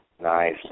Nice